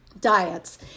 diets